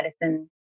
Medicine